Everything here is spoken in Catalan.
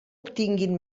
obtinguin